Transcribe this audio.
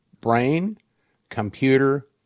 brain-computer